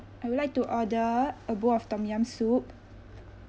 I would like to order a bowl of tom yam soup